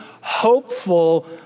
hopeful